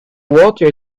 water